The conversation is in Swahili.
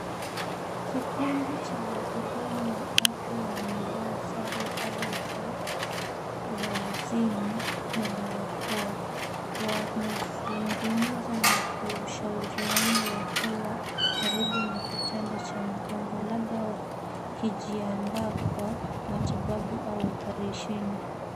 Kikundi cha wahudumu wa afya wamevaa sare zao za wazini na barakoa. Wanazungumza na kushauriana wakiwa karibu na kitanda cha mgonjwa, labda wakijiandaa kwa matibabu au oparesheni.